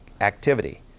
activity